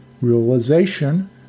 realization